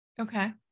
Okay